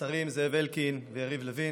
השרים זאב אלקין ויריב לוין,